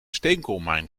steenkoolmijn